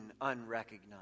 unrecognized